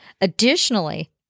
Additionally